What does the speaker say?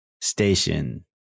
station